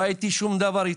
לא היה אתי שום דבר,